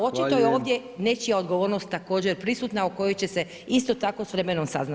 Očito je ovdje nečija odgovornost također prisutna o kojoj će se isto tako s vremenom saznat.